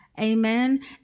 Amen